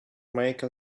make